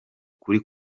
kuri